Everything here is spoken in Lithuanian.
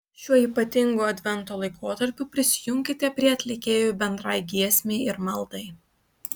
šiuo ypatingu advento laikotarpiu prisijunkite prie atlikėjų bendrai giesmei ir maldai